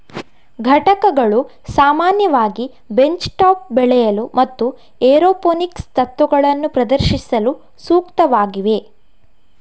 ಘಟಕಗಳು ಸಾಮಾನ್ಯವಾಗಿ bench top ಬೆಳೆಯಲು ಮತ್ತು ಏರೋಪೋನಿಕ್ಸ್ ತತ್ವಗಳನ್ನು ಪ್ರದರ್ಶಿಸಲು ಸೂಕ್ತವಾಗಿವೆ